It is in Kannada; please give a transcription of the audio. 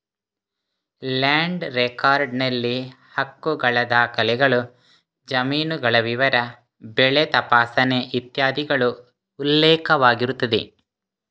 ಲ್ಯಾಂಡ್ ರೆಕಾರ್ಡ್ ನಲ್ಲಿ ಹಕ್ಕುಗಳ ದಾಖಲೆಗಳು, ಜಮೀನುಗಳ ವಿವರ, ಬೆಳೆ ತಪಾಸಣೆ ಇತ್ಯಾದಿಗಳು ಉಲ್ಲೇಖವಾಗಿರುತ್ತದೆ